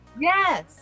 Yes